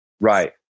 Right